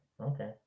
okay